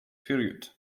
period